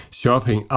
shopping